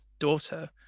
daughter